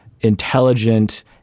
intelligent